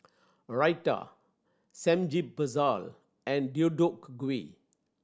Raita Samgyeopsal and Deodeok Gui